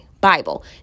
Bible